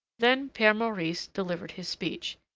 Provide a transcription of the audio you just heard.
then pere maurice delivered his speech.